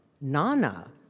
Nana